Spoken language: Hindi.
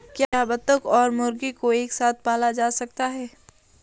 क्या बत्तख और मुर्गी को एक साथ पाला जा सकता है?